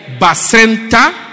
Basenta